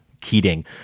Keating